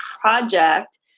project